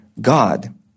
God